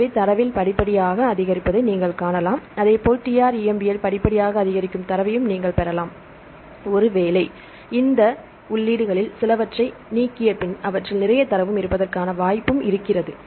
எனவே தரவில் படிப்படியாக அதிகரிப்பதை நீங்கள் காணலாம் அதேபோல் TrEMBL படிப்படியாக அதிகரிக்கும் தரவையும் நீங்கள் பெறலாம் ஒருவேளை நீங்கள் இந்த உள்ளீடுகளில் சிலவற்றை நீக்கிய பின் அவற்றில் நிறைய தரவும் இருப்பதற்கான வாய்ப்பு இருக்கிறது